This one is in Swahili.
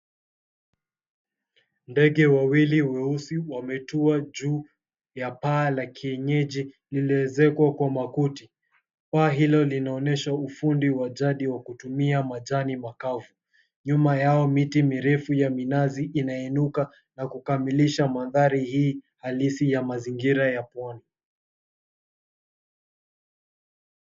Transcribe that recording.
Ndege wawili weusi wametua juu ya paa la kienyeji lililoezekwa kwa makuti. Paa hilo linaonyesha ufundi wa jadi wa kutumia majani makavu. Nyuma yao miti mirefu ya minazi inainuka na kukamilisha mandhari hii halisi ya mazingira ya pwani.